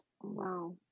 Wow